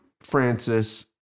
Francis